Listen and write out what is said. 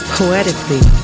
poetically